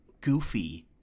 goofy